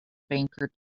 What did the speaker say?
banker